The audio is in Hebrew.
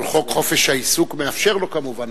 חוק חופש העיסוק מאפשר לו, כמובן.